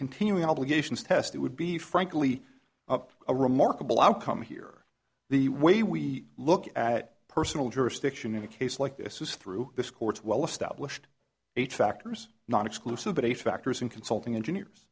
continuing obligations test it would be frankly up a remarkable outcome here the way we look at personal jurisdiction in a case like this is through this court's well established age factors non exclusive been a factors in consulting engineers